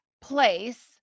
place